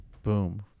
Boom